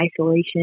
isolation